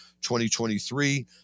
2023